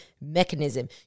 mechanism